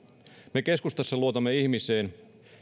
me keskustassa luotamme ihmiseen